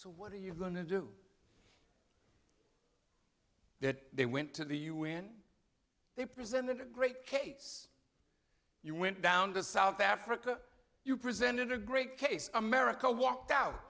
so what are you going to do that they went to the u n they presented a great case you went down to south africa you presented a great case america walked out